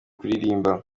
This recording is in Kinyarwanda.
kuririmba